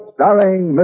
Starring